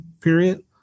period